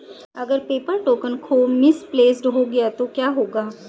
अगर paper token खो misplaced गया तो क्या होगा?